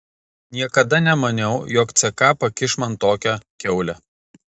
niekada nemaniau jog ck pakiš man tokią kiaulę